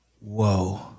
Whoa